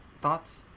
Thoughts